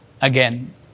again